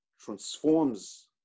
transforms